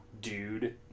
dude